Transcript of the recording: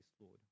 Lord